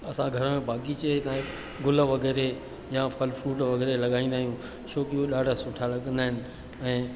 असां घर में बाग़ीचे ताईं गुल वगैरह या फल फ़्रूट वग़ैरह लॻाईंदा आहियूं छोकी उहे ॾाढा सुठा लगंदा आहिनि ऐं